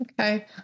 Okay